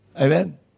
Amen